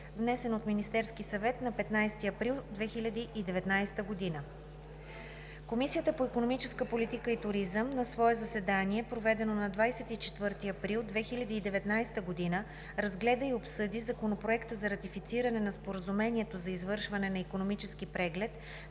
внесен от Министерския съвет на 15 април 2019 г. Комисията по икономическа политика и туризъм на свое заседание, проведено на 24 април 2019 г., разгледа и обсъди Законопроект за ратифициране на Споразумението за извършване на Икономически преглед